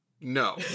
No